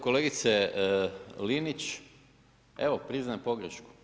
Kolegice Linić, evo priznajem pogrešku.